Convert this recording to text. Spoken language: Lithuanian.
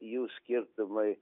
jų skirtumai